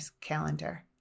calendar